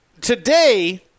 today